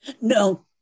No